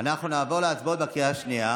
אנחנו נעבור להצבעות בקריאה השנייה.